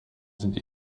sind